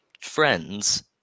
friends